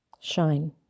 shine